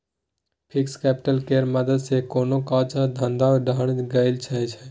fixed capital केर मदद सँ कोनो काज धंधा ठाढ़ कएल जाइ छै